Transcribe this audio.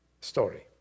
story